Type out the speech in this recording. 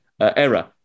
error